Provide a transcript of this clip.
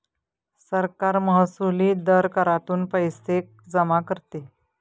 सरकार महसुली दर करातून पैसे जमा करते